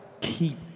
keep